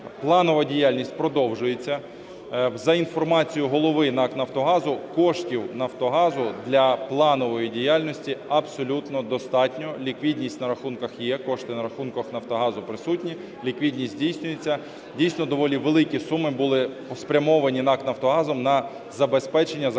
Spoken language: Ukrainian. Планова діяльність продовжується. За інформацією голови НАК "Нафтогазу" коштів Нафтогазу для планової діяльності абсолютно достатньо. Ліквідність на рахунках є, кошти на рахунках Нафтогазу присутні, ліквідність здійснюється. Дійсно, доволі великі суми були спрямовані НАК "Нафтогазом" на забезпечення закачки